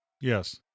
Yes